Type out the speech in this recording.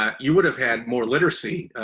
um you would've had more literacy,